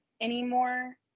anymore